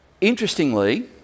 Interestingly